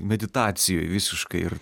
meditacijoj visiškai ir